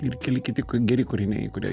ir keli kiti geri kūriniai kurie